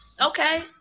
Okay